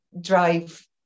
drive